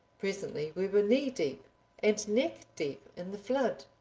presently we were knee deep and neck deep in the flood.